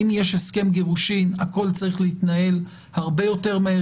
אם יש הסכם גירושין הכול צריך להתנהל הרבה יותר מהר.